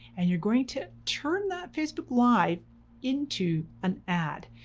and you're going to turn that facebook live into and ad,